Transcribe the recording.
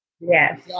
Yes